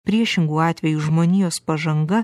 priešingu atveju žmonijos pažanga